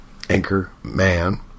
Anchorman